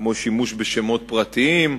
כמו שימוש בשמות פרטיים.